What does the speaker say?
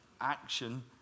action